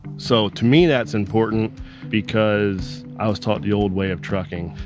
so to me that's important because i was taught the old way of trucking.